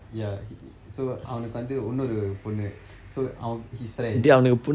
ya he so அவனுக்கு வந்து இன்னொரு பொண்ணு:avanukku vandthu innoru ponnu so அவன்:avan his friend